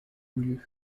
lieu